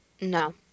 No